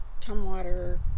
Tumwater